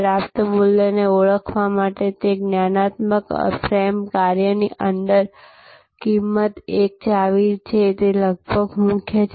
પ્રાપ્ત મૂલ્યને ઓળખવા માટે તે જ્ઞાનાત્મક ફ્રેમ કાર્યની અંદર કિંમત એક ચાવી છે તે લગભગ મુખ્ય છે